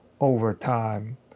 overtime